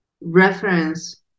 reference